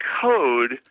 code